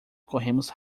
corremos